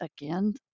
again